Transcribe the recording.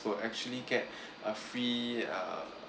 will actually get a free uh